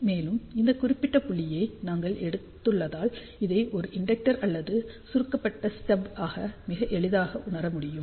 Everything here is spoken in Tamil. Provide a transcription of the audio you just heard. மேலும் இந்த குறிப்பிட்ட புள்ளியை நாங்கள் எடுத்துள்ளதால் இதை ஒரு இண்டெக்டர் அல்லது சுருக்கப்பட்ட ஸ்டப் ஆக மிக எளிதாக உணர முடியும்